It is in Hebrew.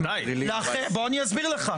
בוא אני אסביר לך.